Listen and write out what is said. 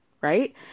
right